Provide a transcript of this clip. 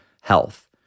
health